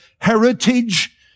heritage